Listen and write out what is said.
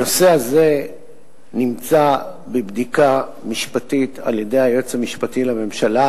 הנושא הזה נמצא בבדיקה משפטית על-ידי היועץ המשפטי לממשלה.